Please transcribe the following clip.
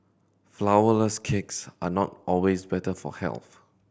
flourless cakes are not always better for health